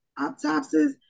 autopsies